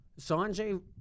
Sanjay